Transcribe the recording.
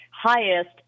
highest